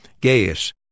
Gaius